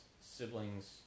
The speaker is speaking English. siblings